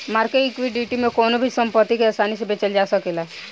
market equity में कवनो भी संपत्ति के आसानी से बेचल जा सकेला